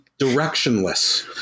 directionless